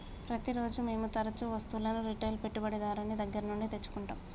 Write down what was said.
ప్రతిరోజూ మేము తరుచూ వస్తువులను రిటైల్ పెట్టుబడిదారుని దగ్గర నుండి తెచ్చుకుంటం